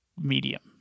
medium